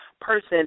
person